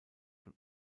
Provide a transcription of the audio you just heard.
von